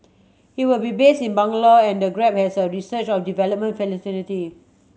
he will be base in Bangalore and the Grab has a research and development facility